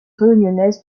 réunionnaise